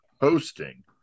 hosting